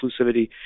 inclusivity